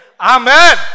Amen